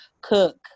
cook